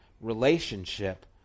relationship